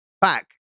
back